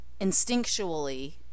instinctually